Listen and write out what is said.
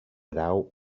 grau